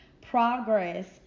progress